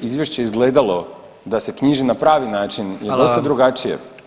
izvješće izgledalo da se knjiži na pravi način [[Upadica: Hvala vam.]] je dosta drugačije.